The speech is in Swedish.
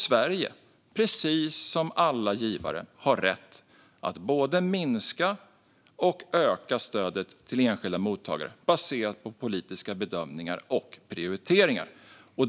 Sverige har precis som alla givare rätt att både minska och öka stödet till enskilda mottagare baserat på politiska bedömningar och prioriteringar.